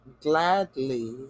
gladly